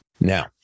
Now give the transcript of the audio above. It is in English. Now